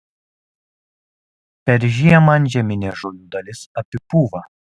per žiemą antžeminė žolių dalis apipūva